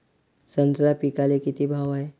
संत्रा पिकाले किती भाव हाये?